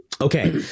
Okay